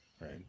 right